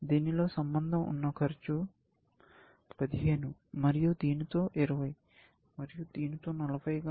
దీనితో సంబంధం ఉన్న ఖర్చు 15 మరియు దీనితో 20 మరియు దీనితో 40 గా ఉండనివ్వండి